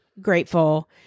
grateful